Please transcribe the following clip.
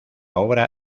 obra